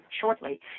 shortly